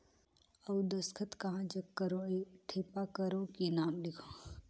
अउ दस्खत कहा जग करो ठेपा करो कि नाम लिखो?